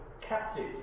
captive